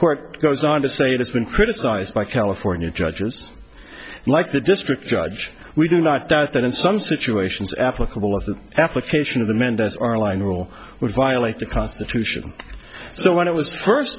court goes on to say that's been criticized by california judges like the district judge we do not doubt that in some situations applicable of the application of the mendez arline rule would violate the constitution so when it was first